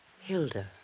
Hilda